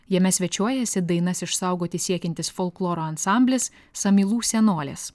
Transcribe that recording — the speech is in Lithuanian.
jame svečiuojasi dainas išsaugoti siekiantis folkloro ansamblis samylų senolės